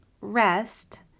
rest